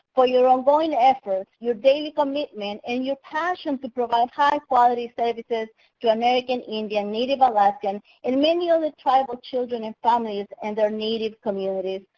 for your ongoing efforts, your daily commitment, and your passion to provide high quality services to american indian, native alaskan, and many other tribal children and families and their native communities.